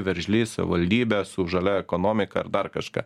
veržli savivaldybė su žalia ekonomika ar dar kažką